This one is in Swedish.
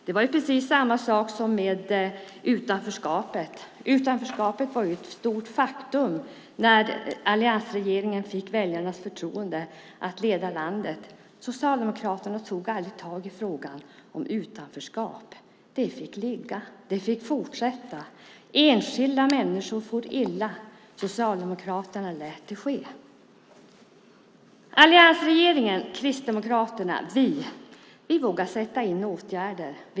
Det var precis samma sak som med utanförskapet. Det var ju ett stort faktum när alliansregeringen fick väljarnas förtroende att leda landet. Socialdemokraterna tog aldrig tag i frågan om utanförskap. Det fick ligga. Det fick fortsätta. Enskilda människor for illa. Socialdemokraterna lät det ske. Alliansregeringen och Kristdemokraterna vågar sätta in åtgärder.